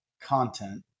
content